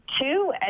two